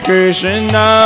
Krishna